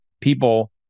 people